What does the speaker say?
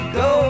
go